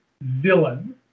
villain